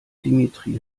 dimitri